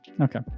Okay